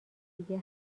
دیگه